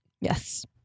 Yes